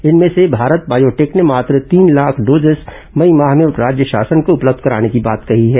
इनमें से भारत बायोटेक ने मात्र तीन लाख डोसेज मई माह में राज्य को उपलब्ध कराने की बात कही है